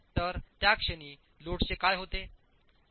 तर त्या क्षणी लोडचे काय होते